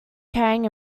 carrying